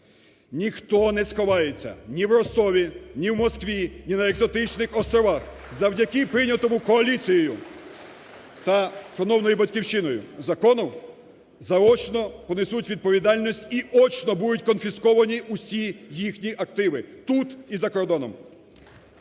Ніхто не сховається ні в Ростові, ні в Москві, ні на екзотичних островах, завдяки прийнятому коаліцією та шановною "Батьківщиною" закону заочно понесуть відповідальність і очно будуть конфісковані всі їхні активи тут і за кордоном.